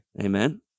Amen